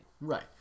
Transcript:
Right